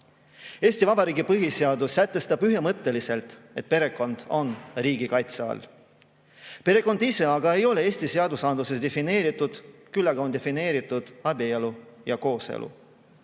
Eesti Vabariigi põhiseadus sätestab ühemõtteliselt, et perekond on riigi kaitse all. Perekond ise ei ole Eesti seadusandluses defineeritud, küll aga on defineeritud abielu ja kooselu.